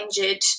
injured